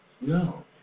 No